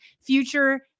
Future